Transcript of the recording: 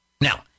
Now